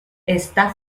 está